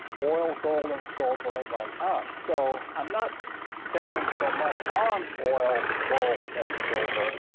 oil, gold and silver ah went up. so i'm not betting so much on oil, gold and silver.